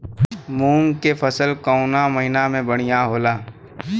मुँग के फसल कउना महिना में बढ़ियां होला?